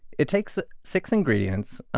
it takes six ingredients,